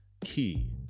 key